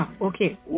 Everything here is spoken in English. okay